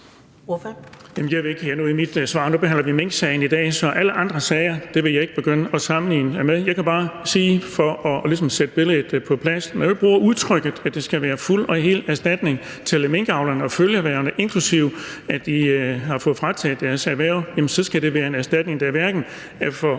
Erling Bonnesen (V): Nu behandler vi minksagen i dag, og jeg vil ikke begynde at sammenligne den med andre sager. Jeg kan bare sige for ligesom at sætte billedet på plads, at når jeg bruger udtrykket, at det skal være fuld og hel erstatning til minkavlerne og følgeerhvervene inklusive, fordi de har fået frataget deres erhverv, så skal det være en erstatning, der hverken er for